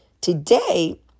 today